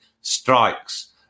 strikes